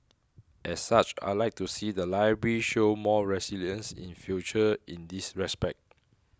as such I like to see the library show more resilience in future in this respect